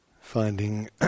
finding